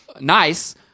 nice